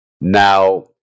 Now